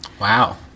Wow